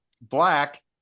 black